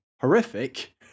Horrific